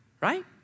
right